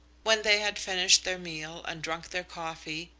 when they had finished their meal and drunk their coffee,